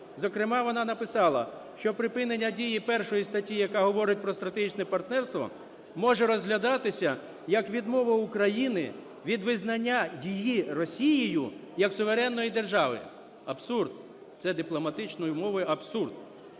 Зокрема, вона написала, що припинення дії 1 статті, яка говорить про стратегічне партнерство, може розглядатися як відмова України від визнання її Росією як суверенної держави. Абсурд. Це дипломатичною мовою – абсурд.